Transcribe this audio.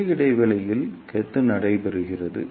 எனவே குழி இடைவெளியில் கொத்து நடைபெறுகிறது